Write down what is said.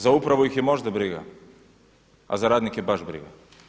Za upravu ih je možda briga a za radnike baš briga.